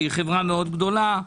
שהיא חברה מאוד גדולה,